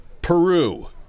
Peru